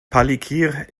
palikir